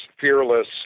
fearless